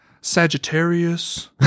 Sagittarius